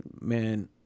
man